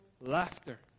laughter